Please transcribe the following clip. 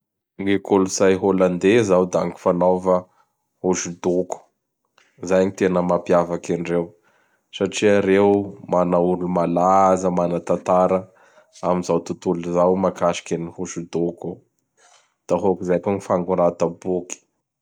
Gny kolotsay Hollandais zao da gn fananaova hosodoko. Zay gny tena mampiavaky andreo. Satria reo mana olo-malaza mana tatara am zao tontolo zao mahakasiky an hosodoko o. Da hôkizay koa gny fagnorata boky.